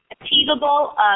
achievable